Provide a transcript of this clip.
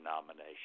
nomination